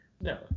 No